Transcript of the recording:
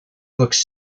looks